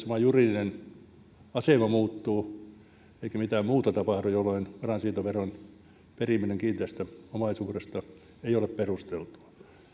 vain juridinen asema muuttuu eikä mitään muuta tapahdu jolloin varainsiirtoveron periminen kiinteistöomaisuudesta ei ole perusteltua